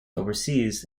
overseas